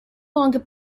longer